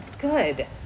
good